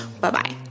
Bye-bye